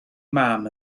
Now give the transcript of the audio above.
mam